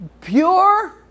Pure